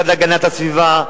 המשרד להגנת הסביבה,